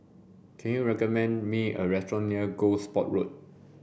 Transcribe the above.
can you recommend me a restaurant near Gosport Road